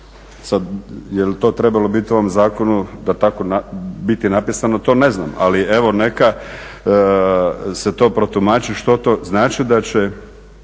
sad jel to trebalo biti u ovom zakonu, tako biti napisano to ne znam, ali evo neka se to protumači što to znači da će